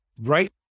right